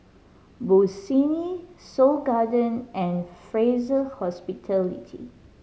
Bossini Seoul Garden and Fraser Hospitality